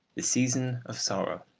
the season of sorrow.